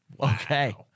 Okay